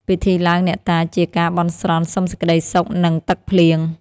ពិធីឡើងអ្នកតាជាការបន់ស្រន់សុំសេចក្តីសុខ និងទឹកភ្លៀង។